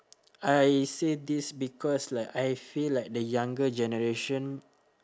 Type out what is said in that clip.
I say this because like I feel like the younger generation